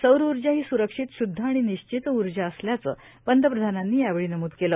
सौर उर्जा ही स्रक्षित श्द्ध आणि निश्चित उर्जा असल्याचं पंतप्रधानांनी यावेळी नम्द केलं